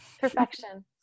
Perfection